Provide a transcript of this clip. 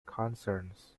concerns